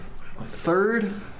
Third